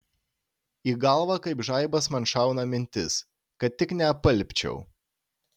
į galvą kaip žaibas man šauna mintis kad tik neapalpčiau